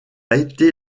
été